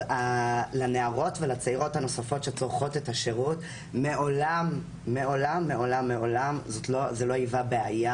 לנערות ולצעירות הנוספות שצורכות את השירות מעולם זה לא היווה בעיה.